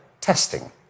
testing